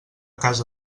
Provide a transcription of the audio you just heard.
casa